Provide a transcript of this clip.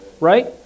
right